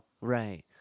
Right